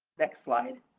next slide.